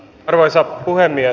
arvoisa puhemies